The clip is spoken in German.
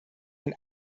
ein